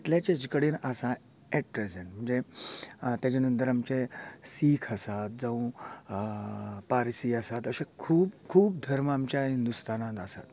इतल्याच हेजे कडेन आसा ऍट प्रेजेंट म्हणजे तेजे नंतर आमचे सीख आसात जावूं पारसी आसात अशें खूब खूब धर्म आमच्या हिंदूस्थानांत आसात